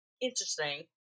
Interesting